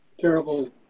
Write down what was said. terrible